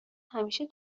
همیشه